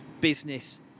business